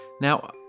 Now